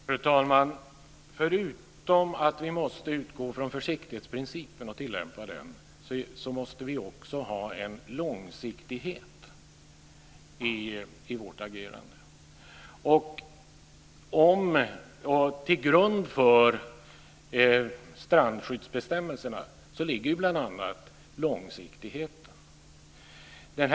Fru talman! Förutom att man måste utgå från försiktighetsprincipen och tillämpa den måste man också ha en långsiktighet i agerandet. Till grund för strandskyddsbestämmelserna ligger ju bl.a. långsiktigheten.